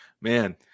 Man